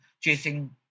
Chasing